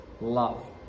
love